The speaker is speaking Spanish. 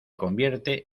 convierte